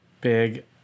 big